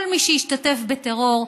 כל מי שהשתתף בטרור,